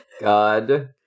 God